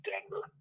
Denver